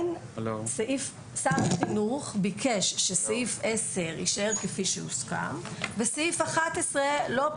שר החינוך ביקש שסעיף 10 יישאר כפי שהוסכם וסעיף 11 לא פתאום